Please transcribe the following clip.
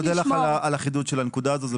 אני מודה לך על החידוד של הנקודה הזאת.